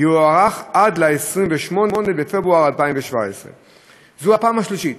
תוארך עד 28 בפברואר 2017. זו הפעם השלישית